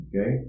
Okay